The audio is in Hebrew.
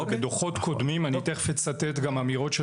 בדוחות קודמים אני תכף אצטט גם אמירות של